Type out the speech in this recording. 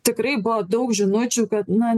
tikrai buvo daug žinučių kad na